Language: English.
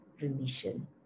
remission